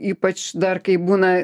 ypač dar kai būna